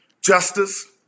Justice